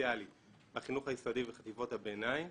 דיפרנציאלי בחינוך היסודי וחטיבות הביניים.